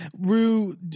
Rue